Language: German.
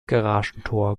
garagentor